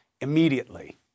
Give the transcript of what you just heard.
immediately